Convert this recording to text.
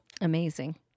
Amazing